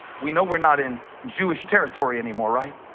we know we're not in jewish territory anymore, right